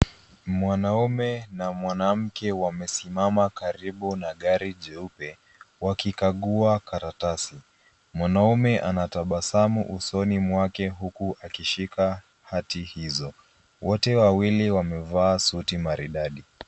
Mwanaume na mwanamke wamesimama karibu na gari jeupe, wakikagua karatasi. Mwanaume anatabasamu usoni mwake huku akishika hati hizo. Wote wawili wamevaa suti maridadi.